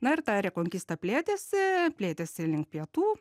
na ir ta rekonkista plėtėsi plėtėsi link pietų